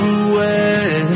away